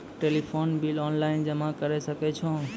Telephone bill online जमा करै सकै छौ?